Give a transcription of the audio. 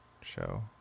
show